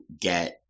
get